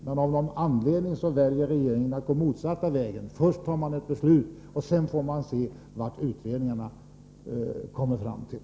Men av någon anledning väljer regeringen att gå motsatt väg — först tar man ett beslut, sedan får man se vad utredningarna kommer fram till.